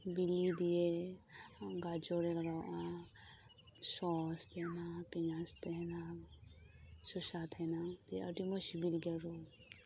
ᱵᱤᱞᱤ ᱫᱤᱭᱮ ᱜᱟᱡᱚᱨ ᱮ ᱞᱟᱜᱟᱣᱟᱜᱼᱟ ᱥᱚᱸᱥ ᱯᱮᱸᱭᱟᱡᱽ ᱛᱟᱦᱮᱸᱱᱟ ᱥᱚᱥᱟ ᱛᱟᱦᱮᱸᱱᱟ ᱫᱤᱭᱮ ᱟᱹᱰᱤ ᱢᱚᱸᱡᱽ ᱥᱤᱵᱤᱞ ᱜᱮᱭᱟ ᱨᱳᱞ